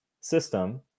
system